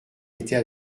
était